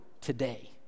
today